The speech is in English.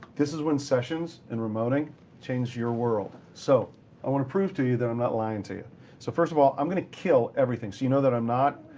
this is when sessions and remoting change your world. so i want to prove to you that i'm not lying to you. so first of all, i'm going to kill everything. so you know that i'm not.